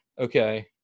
okay